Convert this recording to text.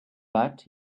but